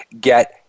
get